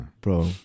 Bro